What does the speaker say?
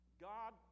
God